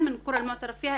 סבח אל ח'יר לכולם,